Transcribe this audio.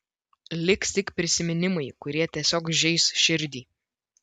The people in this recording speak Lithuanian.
liks tik prisiminimai kurie tiesiog žeis širdį